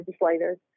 legislators